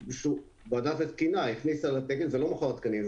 זה לא מכון התקנים,